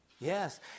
Yes